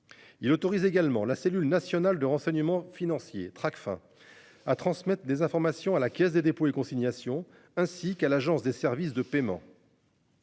Il autorise également la cellule nationale de renseignement financier Tracfin à transmettre des informations à la Caisse des dépôts et consignations ainsi qu'à l'Agence des services de paiement.--